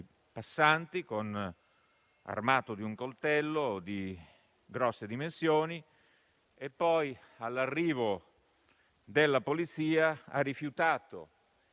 passanti, armato di un coltello di notevoli dimensioni, e poi, all'arrivo della Polizia, ha rifiutato